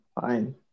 fine